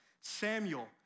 Samuel